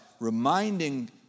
reminding